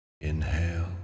Inhale